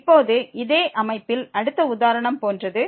இப்போது இதே அமைப்பில் அடுத்த உதாரணம் போன்றது